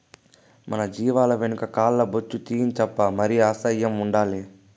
మన జీవాల వెనక కాల్ల బొచ్చు తీయించప్పా మరి అసహ్యం ఉండాలి